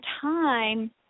time